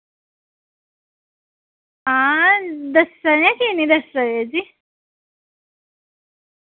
हां दस्सी सकने की नि दस्सी सकदे जी